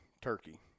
turkey